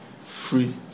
free